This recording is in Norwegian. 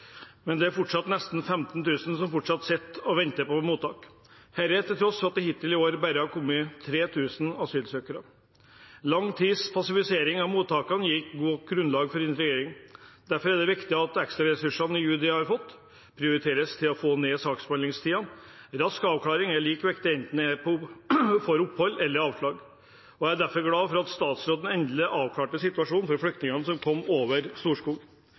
Men det er fortsatt nesten 15 000 som sitter på mottak og venter, til tross for at det hittil i år bare har kommet 3 000 asylsøkere. Lang tids passivisering i mottakene gir ikke noe godt grunnlag for integrering. Derfor er det viktig at ekstraressursene UDI har fått, prioriteres til å få ned saksbehandlingstiden. Rask avklaring er like viktig enten man får opphold eller avslag. Jeg er derfor glad for at statsråden endelig har avklart situasjonen for flyktningene som kom over Storskog.